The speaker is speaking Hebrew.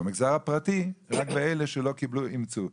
ובמגזר הפרטי, רק באלה שלא אימצו.